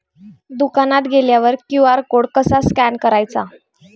दुकानात गेल्यावर QR code कसा स्कॅन करायचा?